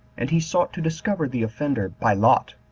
and he sought to discover the offender by lot.